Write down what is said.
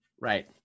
Right